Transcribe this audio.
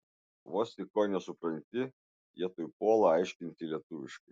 vos tik ko nesupranti jie tuoj puola aiškinti lietuviškai